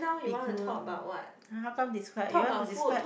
be good um ah how come describe you want to describe